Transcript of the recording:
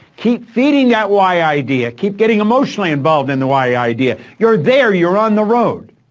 keep feeding that y idea, keep getting emotionally involved in the y idea, you're there, you're on the road.